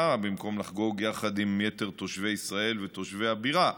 במקום לחגוג יחד עם יתר תושבי ישראל ותושבי הבירה.